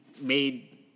made